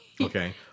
Okay